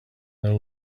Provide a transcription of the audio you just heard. their